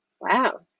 wow